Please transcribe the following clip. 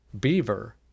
beaver